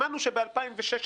שמענו שב-2016,